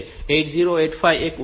તો 8085 એક ઉદાહરણ છે